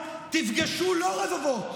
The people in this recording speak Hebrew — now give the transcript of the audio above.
תפגשו לא רבבות